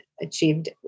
achieved